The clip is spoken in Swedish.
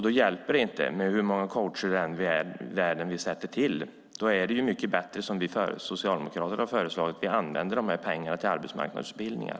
Då hjälper det inte med hur många coacher vi än tillsätter. Då är det bättre med Socialdemokraternas förslag, nämligen att använda pengarna till arbetsmarknadsutbildningar.